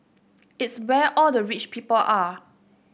it's where all the rich people are